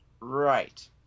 right